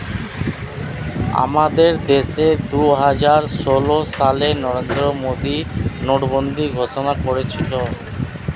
আমাদের দেশে দুহাজার ষোল সালে নরেন্দ্র মোদী নোটবন্দি ঘোষণা করেছিল